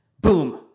Boom